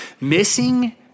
missing